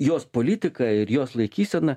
jos politika ir jos laikysena